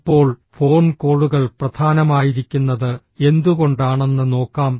ഇപ്പോൾ ഫോൺ കോളുകൾ പ്രധാനമായിരിക്കുന്നത് എന്തുകൊണ്ടാണെന്ന് നോക്കാം